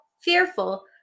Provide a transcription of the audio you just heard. fearful